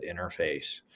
interface